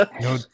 No